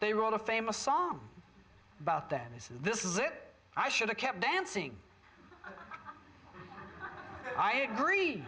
they wrote a famous song about them is this is it i should have kept dancing i agree